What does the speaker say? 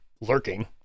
lurking